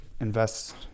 invest